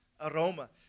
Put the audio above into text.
aroma